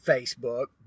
Facebook